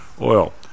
Oil